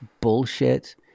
bullshit